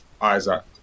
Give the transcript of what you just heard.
Isaac